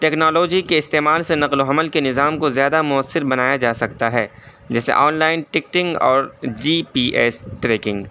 technology کے استعمال سے نقل و حمل کے نظام کو زیادہ مؤثر بنایا جا سکتا ہے جیسے آن لائن ٹکٹنگ اور جی پی ایس ٹریکنگ